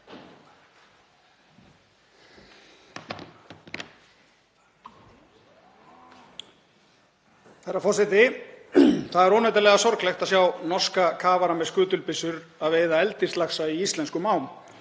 Það er óneitanlega sorglegt að sjá norska kafara með skutulbyssur að veiða eldislaxa í íslenskum ám.